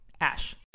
Ash